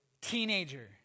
teenager